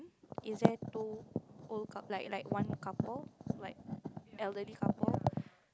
is there two old cou~ like like one couple like elderly couple